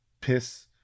piss